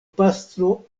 pastro